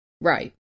right